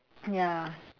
ya